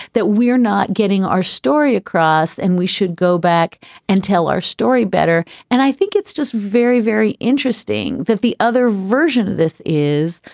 that we're not getting our story across and we should go back and tell our story better. and i think it's just very, very interesting that the other version of this is,